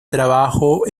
trabajo